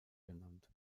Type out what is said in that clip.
genannt